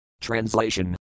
Translation